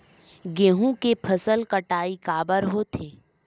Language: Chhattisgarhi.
गेहूं के फसल कटाई काबर होथे?